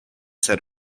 set